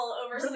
over